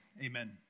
amen